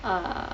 uh